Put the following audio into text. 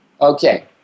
Okay